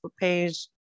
page